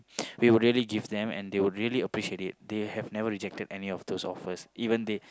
we will really give them and they will really appreciate it they have never rejected any of those offers even they